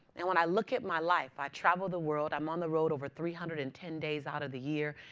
and when i look at my life, i traveled the world. i'm on the road over three hundred and ten days out of the year.